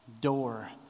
Door